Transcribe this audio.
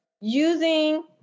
using